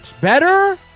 Better